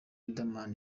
riderman